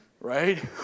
Right